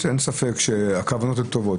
אין ספק שהכוונות טובות.